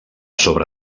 sobre